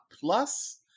Plus